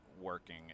working